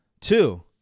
Two